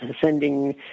sending